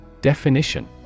Definition